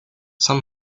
some